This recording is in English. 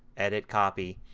edit, copy,